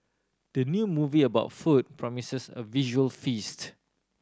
the new movie about food promises a visual feast